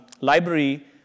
library